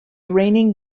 raining